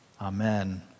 Amen